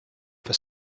for